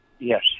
Yes